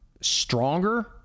stronger